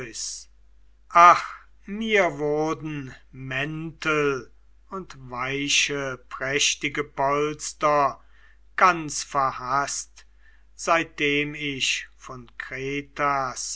ach mir wurden mäntel und weiche prächtige polster ganz verhaßt seitdem ich von kretas